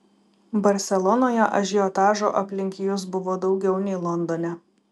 barselonoje ažiotažo aplink jus buvo daugiau nei londone